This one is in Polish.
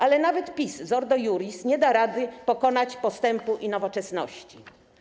Ale nawet PiS z Ordo Iuris nie dadzą rady pokonać postępu i nowoczesności.